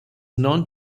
known